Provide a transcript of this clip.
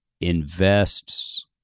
invests